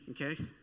okay